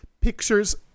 pictures